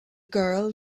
girl